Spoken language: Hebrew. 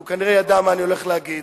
כי הוא כנראה ידע מה אני הולך להגיד,